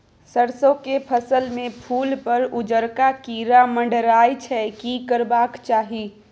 सरसो के फसल में फूल पर उजरका कीरा मंडराय छै की करबाक चाही?